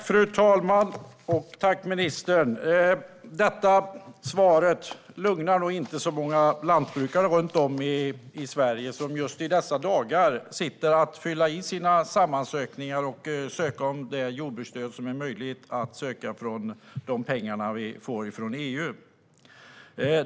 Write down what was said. Fru talman! Tack, ministern, för svaret! Detta svar lugnar nog inte så många lantbrukare runt om i Sverige, som just i dessa dagar sitter och fyller i sina ansökningar om det jordbruksstöd som är möjligt att söka genom de pengar vi får från EU.